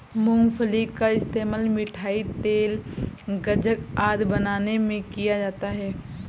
मूंगफली का इस्तेमाल मिठाई, तेल, गज्जक आदि बनाने में किया जाता है